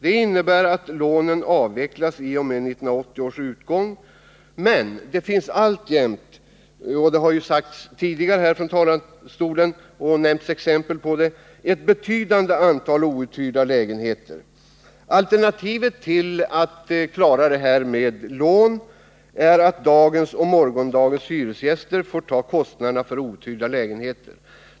Det innebär att lånen avvecklas i och med 1980 års utgång. Men det finns alltjämt — och man har härifrån talarstolen gett exempel på det — ett betydande antal outhyrda lägenheter. Alternativet till att klara det här med lån är att dagens och morgondagens hyresgäster får ta kostnaderna för outhyrda lägenheter.